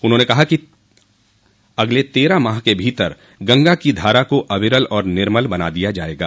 उन्होंने कहा कि अगले तेरह माह के भीतर गंगा की धारा को अविरल और निर्मल बना दिया जायेगा